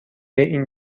این